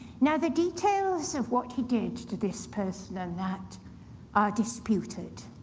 now the details of what he did to this person and that are disputed.